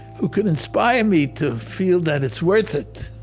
who can inspire me to feel that it's worth it.